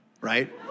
right